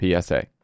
PSA